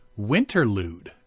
Winterlude